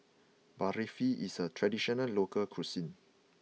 Barfi is a traditional local cuisine